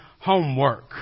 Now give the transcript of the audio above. homework